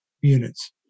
units